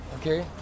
Okay